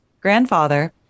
Grandfather